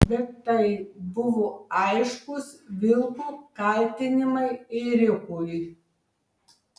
bet tai buvo aiškūs vilko kaltinimai ėriukui